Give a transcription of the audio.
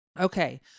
Okay